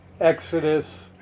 Exodus